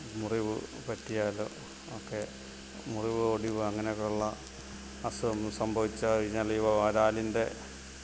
മുറിവ് പറ്റിയാൽ ഒക്കെ മുറിവ് ഒടിവ് അങ്ങനെ ഒക്കെയുള്ള അസുഖങ്ങൾ സംഭവിച്ചാൽ ഈ വരാലിൻ്റെ